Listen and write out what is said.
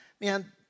man